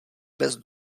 bez